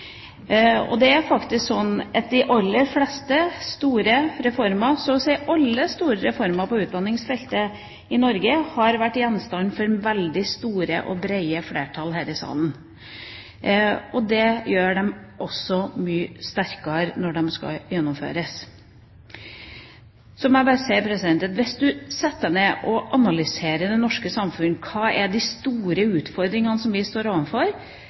og det er faktisk slik at de aller fleste store reformer, så å si alle store reformer på utdanningsfeltet i Norge, har hatt veldig stort og bredt flertall her i salen. Det gjør dem også mye sterkere når de skal gjennomføres. Så må jeg bare si at hvis man setter seg ned og analyserer det norske samfunnet og ser på hvilke store utfordringer vi står